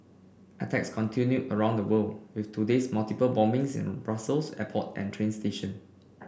attacks continue around the world with today's multiple bombings in Brussels airport and train station